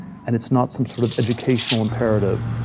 and it's not some sort of educational imperative.